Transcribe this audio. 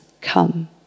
come